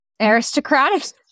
aristocratic